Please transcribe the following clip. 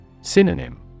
Synonym